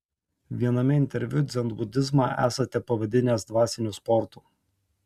viename interviu dzenbudizmą esate pavadinęs dvasiniu sportu